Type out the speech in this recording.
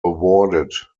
awarded